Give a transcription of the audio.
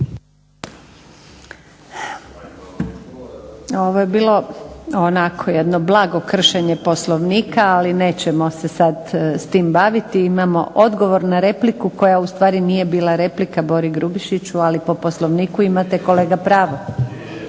Ovo je bilo onako jedno blago kršenje Poslovnika, ali nećemo se sad s tim baviti. Imamo odgovor na repliku koja ustvari nije bila replika Bori Grubišiću, ali po Poslovniku imate kolega pravo.